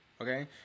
Okay